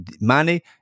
money